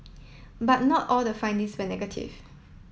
but not all the findings were negative